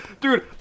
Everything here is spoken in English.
Dude